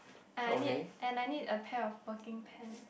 and I need and I need a pair of working pants